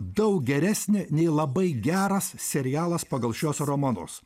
daug geresnį nei labai geras serialas pagal šiuos romanus